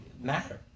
matter